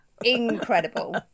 incredible